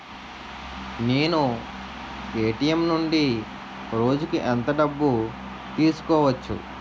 నేను ఎ.టి.ఎం నుండి రోజుకు ఎంత డబ్బు తీసుకోవచ్చు?